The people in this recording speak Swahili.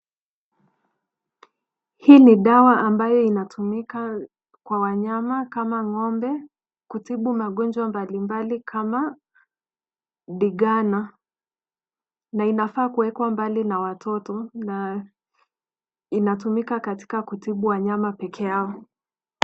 Hii ni dawa ambayo inatumika kwa wanyama kama ng'ombe kutibu magonjwa mbalimbali kama digana na inafaa kuwekwa mbali na watoto na inatumika katika kutibu wanyama pekee yao.